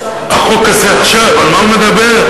החוק הזה עכשיו, על מה הוא מדבר?